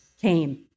came